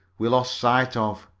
we lost sight of.